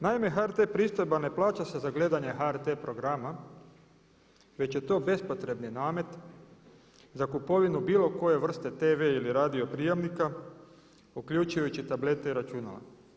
Naime, HRT pristojba ne plaća se za gledanje HRT programa već je to bespotrebni namet za kupovinu bilo koje vrste tv ili radio prijemnika uključujući tablete i računala.